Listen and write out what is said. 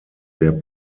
der